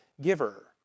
giver